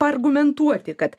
paargumentuoti kad